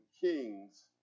kings